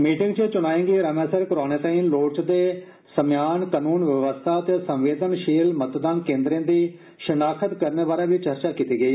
meeting च च्नाएं गी रमै सिर करवाने ताईं लोड़चदे सम्मेयान कनून व्यवस्था ते संवेदनशील मतदान केन्द्रें दी शनाख्त करने बारै बी चर्चा कीती गेई